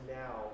now